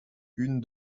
une